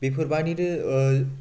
बिफोरबायदिनो